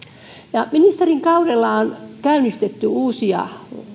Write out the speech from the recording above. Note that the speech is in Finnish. ministerin kaudella on käynnistetty uusia